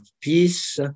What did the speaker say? peace